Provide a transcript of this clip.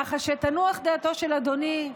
כך שתנוח דעתו של אדוני.